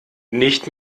nicht